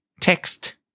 text